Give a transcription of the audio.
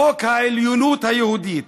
חוק העליונות היהודית,